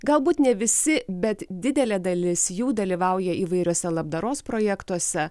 galbūt ne visi bet didelė dalis jų dalyvauja įvairiuose labdaros projektuose